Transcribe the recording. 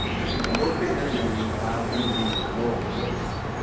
i think the work that you're doing allows you to be the world's witness.